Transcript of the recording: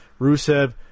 Rusev